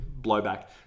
blowback